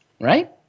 right